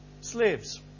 Slaves